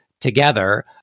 together